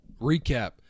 Recap